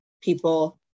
people